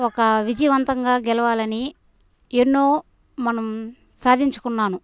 ఒక విజయవంతంగా గెలవాలని ఎన్నో మనం సాధించుకున్నాను